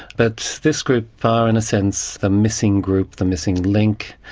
but this group are in a sense the missing group, the missing link,